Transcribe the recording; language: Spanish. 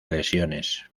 lesiones